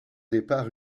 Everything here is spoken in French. départ